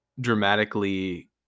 dramatically